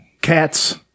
cats